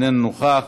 איננו נוכח.